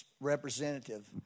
representative